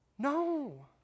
No